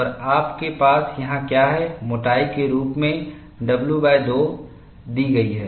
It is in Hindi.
और आपके पास यहां क्या है मोटाई के रूप में w2 दी गई है